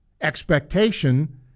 expectation